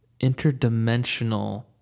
interdimensional